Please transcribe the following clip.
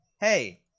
hey